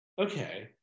okay